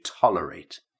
tolerate